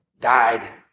died